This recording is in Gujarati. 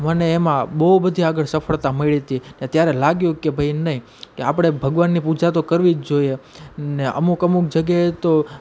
મને એમાં બહુ બધી આગળ સફળતા મળી હતી ને ત્યારે લાગ્યું કે ભાઈ નહીં કે આપણે ભગવાનની પૂજા તો કરવી જ જોઈએ ને અમુક અમુક જગ્યાએ તો